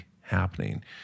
happening